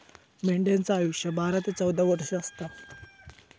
मेंढ्यांचा आयुष्य बारा ते चौदा वर्ष असता